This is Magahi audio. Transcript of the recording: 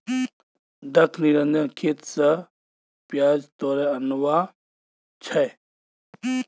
दख निरंजन खेत स प्याज तोड़े आनवा छै